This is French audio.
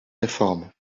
réformes